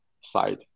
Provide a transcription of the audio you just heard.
side